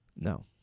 No